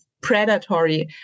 predatory